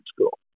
school